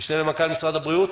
המשנה למנכ"ל משרד הבריאות.